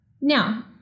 Now